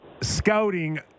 scouting